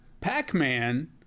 pac-man